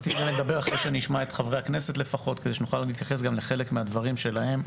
רציתי לדבר אחרי שאשמע את חברי הכנסת כדי שאוכל להתייחס לדברים שלהם.